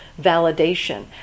validation